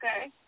okay